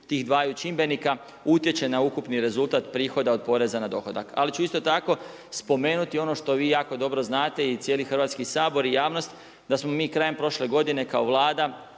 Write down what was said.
tih dvaju čimbenika utječe na ukupni rezultat prihoda od poreza na dohodak. Ali ću isto tako spomenuti ono što vi jako dobro znate i cijeli Hrvatski sabor i javnost da smo mi krajem prošle godine kao Vlada